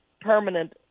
permanent